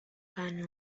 bahn